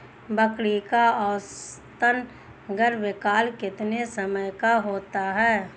बकरी का औसतन गर्भकाल कितने समय का होता है?